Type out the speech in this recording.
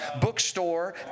bookstore